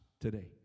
today